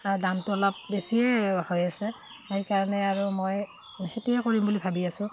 দামটো অলপ বেছিয়ে হৈ আছে সেইকাৰণে আৰু মই সেইটোৱে কৰিম বুলি ভাবি আছো